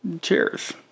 Cheers